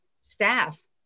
staff